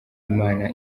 imana